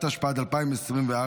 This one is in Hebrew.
התשפ"ד 2024,